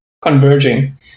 converging